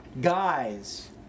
Guys